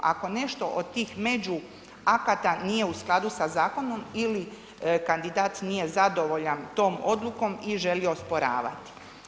Ako nešto od tih među akata nije u skladu sa zakonom ili kandidat nije zadovoljan tom odlukom ili želi osporavati.